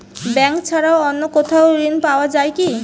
Bank ছাড়া অন্য কোথাও ঋণ পাওয়া যায় কি?